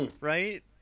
right